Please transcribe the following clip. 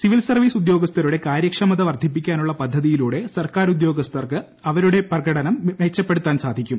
civil service ഉദ്ദേർഗ്സ്ഥരുടെ കാര്യക്ഷമത വർദ്ധിപ്പിക്കാനുള്ള പൃദ്ധ്തിയിലൂടെ സർക്കാർ ഉദ്യോഗസ്ഥർക്ക് അവരുടെ പ്രക്ട്ടിന് ്മെച്ചപ്പെടുത്താൻ സാധിക്കും